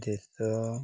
ଦେଶ